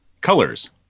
colors